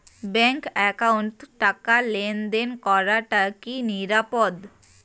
Bank একাউন্টত টাকা লেনদেন করাটা কি নিরাপদ?